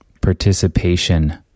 participation